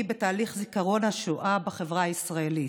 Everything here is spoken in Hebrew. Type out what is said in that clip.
בתהליך זיכרון השואה בחברה הישראלית.